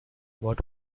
what